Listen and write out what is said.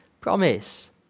promise